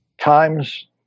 times